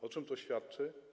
O czym to świadczy?